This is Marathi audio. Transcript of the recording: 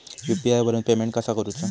यू.पी.आय वरून पेमेंट कसा करूचा?